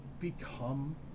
become